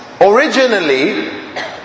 originally